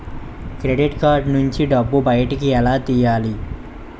Credit card నుంచి డబ్బు బయటకు ఎలా తెయ్యలి?